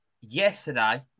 yesterday